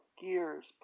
gears